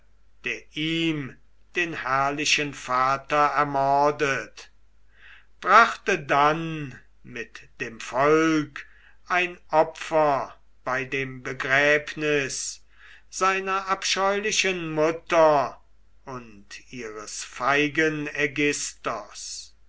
der ihm den herrlichen vater ermordet brachte dann mit dem volk ein opfer bei dem begräbnis seiner abscheulichen mutter und ihres feigen